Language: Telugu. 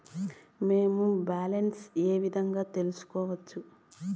మేము బ్యాలెన్స్ ఏ విధంగా తెలుసుకోవచ్చు?